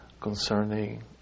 concerning